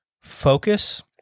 focus